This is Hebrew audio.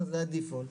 זה ה-default,